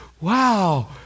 wow